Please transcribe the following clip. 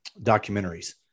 documentaries